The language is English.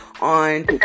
on